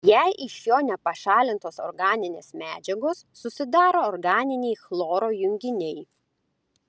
jei iš jo nepašalintos organinės medžiagos susidaro organiniai chloro junginiai